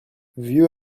vieux